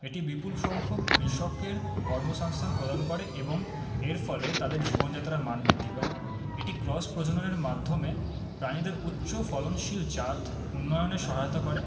এটি বিপুল সংখ্যক কৃষকের কর্মসংস্থান প্রদান করে এবং এর ফলে তাদের জীবনযাত্রার মান বৃদ্ধি পায় এটি ক্রস প্রজননের মাধ্যমে প্রাণীদের উচ্চ ফলনশীল জাত উন্নয়নে সহায়তা করে